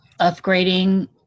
upgrading